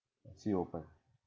see you open